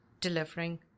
delivering